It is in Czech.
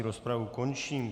Rozpravu končím.